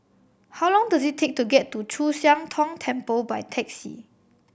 how long does it take to get to Chu Siang Tong Temple by taxi